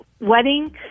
wedding